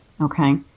okay